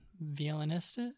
violinist